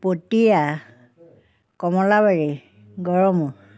Patiya Kamalabari Garmur